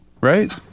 right